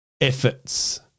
efforts